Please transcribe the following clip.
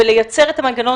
ולייצר את המנגנון